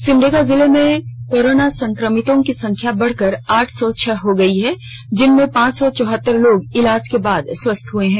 सिमडेगा जिले में कोरोना संकमितों की संख्या बढ़कर आठ सौ छह हो गयी है जिनमें पांच सौ चौहत्तर लोग इलाज के बाद स्वस्थ हुए हैं